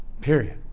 period